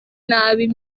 nabi